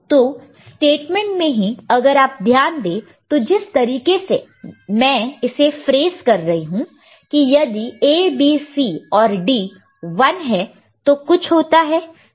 तो स्टेटमेंट में ही अगर आप ध्यान दे तो जिस तरीके से मैं इसे फ़्रेज़ कर रही हूं कि यदि A B C और D 1 है तो कुछ होता है